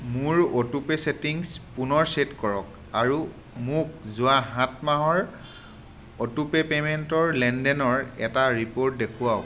মোৰ autopay settings পুনৰ set কৰক আৰু মোক যোৱা সাত মাহৰ অ'টোপে' পে'মেণ্টৰ লেনদেনৰ এটা ৰিপ'ৰ্ট দেখুৱাওক